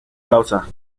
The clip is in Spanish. causa